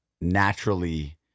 naturally